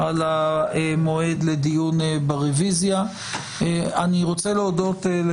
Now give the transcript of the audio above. אנחנו נמצאים כרגע בדיון להצבעה על הרוויזיות שהוגשו על